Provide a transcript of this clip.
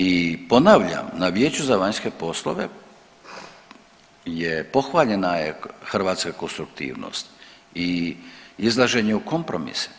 I ponavljam na vijeću za vanjske poslove je pohvaljena je hrvatska konstruktivnost i izlaženje i kompromis.